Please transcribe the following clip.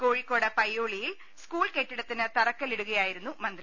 കോഴി ക്കോട് പയ്യോളിയിൽ സ്കൂൾ കെട്ടിടത്തിന് തറക്കില്ലിടുകയായി രുന്നു മന്ത്രി